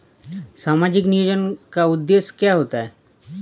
सामाजिक नियोजन का उद्देश्य क्या है?